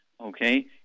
Okay